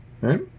Right